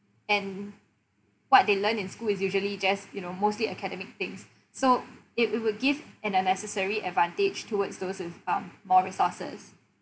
and what they learn in school is usually just you know mostly academic things so it will give an unnecessary advantage towards those with um more resources